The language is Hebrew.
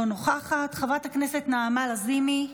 אינה נוכחת, חברת הכנסת נעמה לזימי,